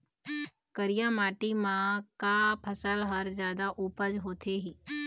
करिया माटी म का फसल हर जादा उपज होथे ही?